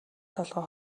толгой